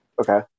Okay